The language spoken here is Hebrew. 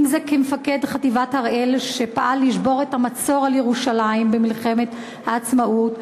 אם כמפקד חטיבת הראל שפעל לשבור את המצור על ירושלים במלחמת העצמאות,